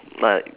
like